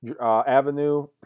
Avenue